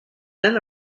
then